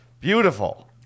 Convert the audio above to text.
beautiful